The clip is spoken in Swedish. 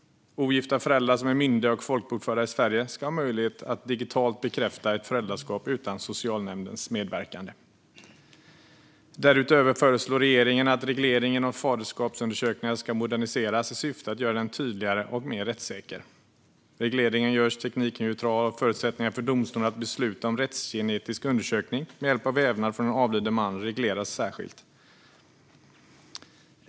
Ogifta föräldrar som är myndiga och folkbokförda i Sverige ska ha möjlighet att digitalt bekräfta ett föräldraskap utan socialnämndens medverkan. Därutöver föreslår regeringen att regleringen av faderskapsundersökningar ska moderniseras i syfte att göra den tydligare och mer rättssäker. Regleringen görs teknikneutral, och förutsättningarna för domstol att besluta om rättsgenetisk undersökning med hjälp av vävnad från en avliden man regleras särskilt.